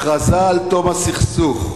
הכרזה על תום הסכסוך,